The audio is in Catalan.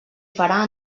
farà